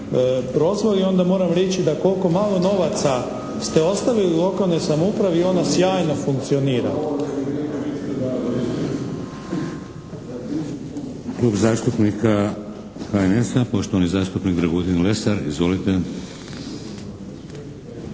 prozvali onda moram reći da kol'ko malo novaca ste ostavili lokalnoj samoupravi ona sjajno funkcionira.